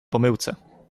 pomyłce